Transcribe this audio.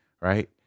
right